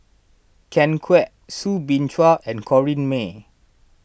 Ken Kwek Soo Bin Chua and Corrinne May